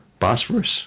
Bosphorus